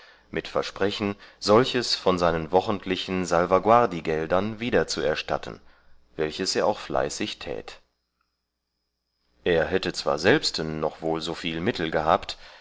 mit versprechen solches von seinen wochentlichen salvaguardigeldern wiederzuerstatten welches er auch fleißig tät er hätte zwar selbsten noch wohl so viel mittel gehabt